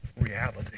reality